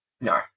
no